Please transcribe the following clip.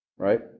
Right